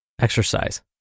exercise